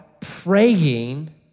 praying